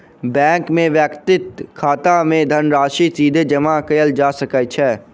bank मे व्यक्तिक खाता मे धनराशि सीधे जमा कयल जा सकै छै